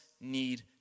need